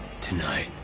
Tonight